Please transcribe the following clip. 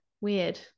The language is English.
weird